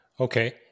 okay